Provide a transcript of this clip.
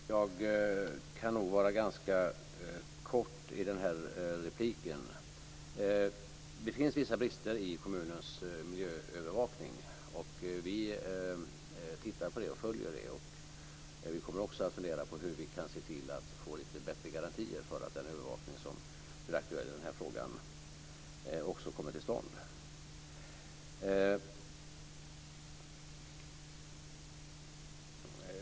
Fru talman! Jag kan nog fatta mig ganska kort i den här repliken. Det finns vissa brister i kommuners miljöövervakning. Vi undersöker det och följer det. Vi kommer också att fundera på hur vi kan se till att få lite bättre garantier för att den övervakning som blir aktuell i den här frågan också kommer till stånd.